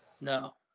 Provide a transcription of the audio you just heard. No